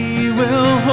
you will